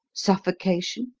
suffocation,